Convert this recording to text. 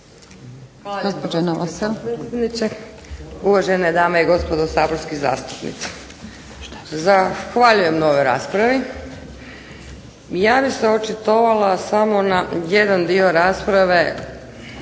potpredsjednice. Uvažene dame i gospodo saborski zastupnici. Zahvaljujem na ovoj raspravi. Ja bih se očitovala samo na jedan dio rasprave